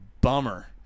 bummer